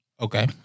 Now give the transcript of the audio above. Okay